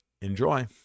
Enjoy